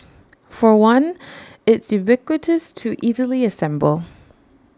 for one it's ubiquitous to easily assemble